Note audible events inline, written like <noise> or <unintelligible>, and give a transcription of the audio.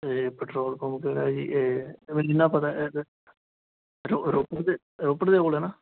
ਇਹ petrol pump ਕਿਹੜਾ ਹੈ ਜੀ ਇਹ <unintelligible> ਰੋਪੜ ਦੇ ਰੋਪੜ ਦੇ ਕੋਲ ਹੈ ਨਾ